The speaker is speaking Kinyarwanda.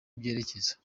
byerekeza